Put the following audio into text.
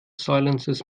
silences